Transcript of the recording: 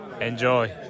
enjoy